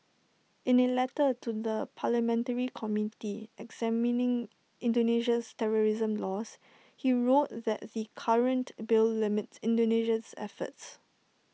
in A letter to the parliamentary committee examining Indonesia's terrorism laws he wrote that the current bill limits Indonesia's efforts